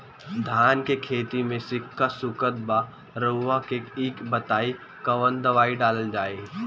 धान के खेती में सिक्का सुखत बा रउआ के ई बताईं कवन दवाइ डालल जाई?